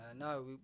No